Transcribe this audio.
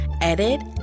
edit